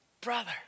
Brother